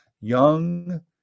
young